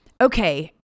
okay